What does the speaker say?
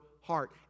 heart